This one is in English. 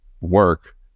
work